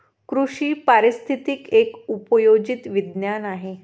कृषी पारिस्थितिकी एक उपयोजित विज्ञान आहे